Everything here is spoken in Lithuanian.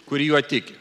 kuri juo tiki